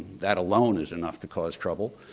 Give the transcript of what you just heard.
that alone is enough to cause trouble.